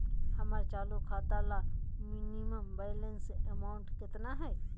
हमर चालू खाता ला मिनिमम बैलेंस अमाउंट केतना हइ?